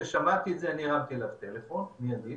כששמעתי את זה אני הרמתי אליו טלפון מיידית,